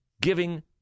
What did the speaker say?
giving